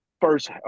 first